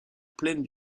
plaine